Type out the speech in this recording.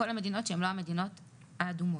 כל המדינות שהן לא המדינות האדומות.